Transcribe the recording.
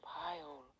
pile